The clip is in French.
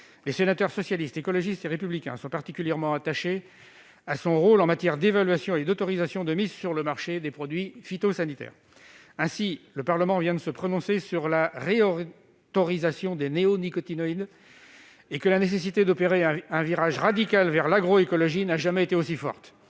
Les sénateurs du groupe Socialiste, Écologiste et Républicain sont particulièrement attachés à son rôle en matière d'évaluation et d'autorisation de mise sur le marché des produits phytosanitaires. Alors que le Parlement européen vient de se prononcer sur la réautorisation des néonicotinoïdes et que la nécessité d'opérer un virage radical vers l'agroécologie n'a jamais été aussi forte,